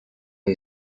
you